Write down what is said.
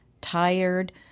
tired